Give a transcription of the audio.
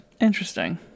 Interesting